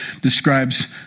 describes